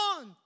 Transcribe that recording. on